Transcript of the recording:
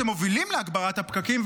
מה שמוביל להגברת הפקקים,